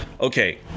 Okay